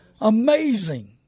Amazing